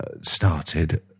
started